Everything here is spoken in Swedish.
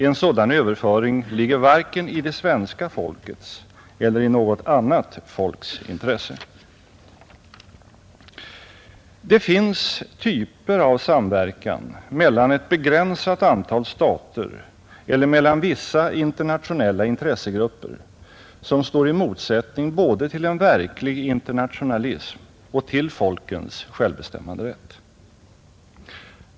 En sådan överföring ligger varken i det svenska folkets eller i något annat folks intresse, Det finns typer av samverkan mellan ett begränsat antal stater eller mellan vissa internationella intressegrupper som står i motsättning både till en verklig internationalism och till folkens självbestämmanderätt.